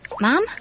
Mom